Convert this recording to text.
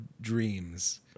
dreams